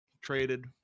traded